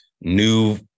new